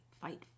fight